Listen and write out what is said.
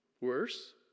Worse